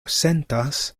sentas